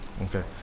Okay